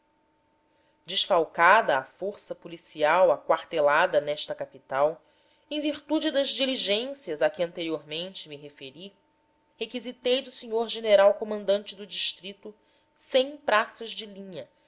desfalcada a força policial aquartelada nesta capital em virtude das diligências a que anteriormente me referi requisitei do sr general comandante do distrito praças de linha